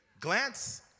glance